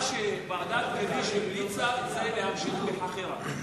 מה שוועדת-גדיש המליצה זה להמשיך בחכירה.